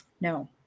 No